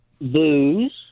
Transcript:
Booze